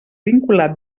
vinculat